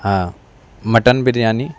ہاں مٹن بریانی